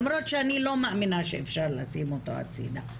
למרות שאני לא מאמינה שאפשר לשים אותו הצידה.